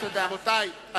רבותי,